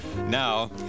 Now